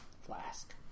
flask